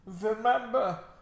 Remember